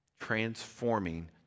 Transforming